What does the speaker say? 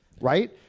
right